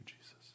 Jesus